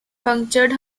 punctured